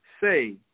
say